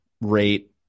rate